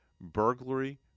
burglary